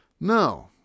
No